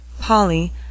Polly